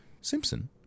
Simpson